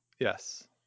Yes